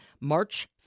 March